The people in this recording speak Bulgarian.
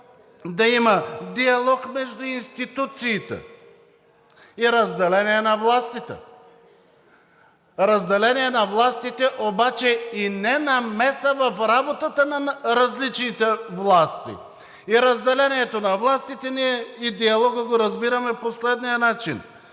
да има диалог между институциите и разделение на властите, разделение на властите обаче и ненамеса в работата на различните власти. И разделението на властите, и диалога ние го разбираме по следния начин.